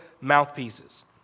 mouthpieces